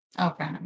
Okay